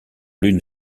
l’une